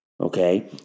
Okay